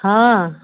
हँ